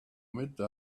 midday